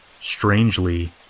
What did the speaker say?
Strangely